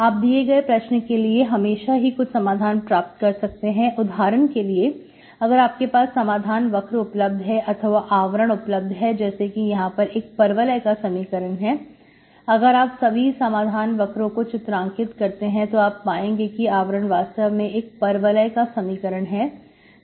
आप दिए गए प्रश्न के लिए हमेशा ही कुछ समाधान प्राप्त कर सकते हैं उदाहरण के लिए अगर आपके पास समाधान वक्र उपलब्ध है अथवा आवरण उपलब्ध है जैसे कि यहां पर यह एक परवलय का समीकरण है अगर आप सभी समाधान वक्रओ को चित्रअंकित करते हैं तो आप पाएंगे कि आवरण वास्तव में एक परवलय का समीकरण है